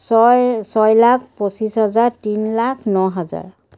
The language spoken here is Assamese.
ছয় ছয় লাখ পঁচিছ হাজাৰ তিনি লাখ ন হাজাৰ